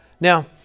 Now